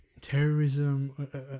terrorism